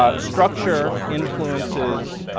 ah structure influences